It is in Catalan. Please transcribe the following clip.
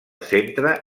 centre